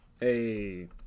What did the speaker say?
Hey